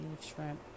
shrimp